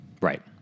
Right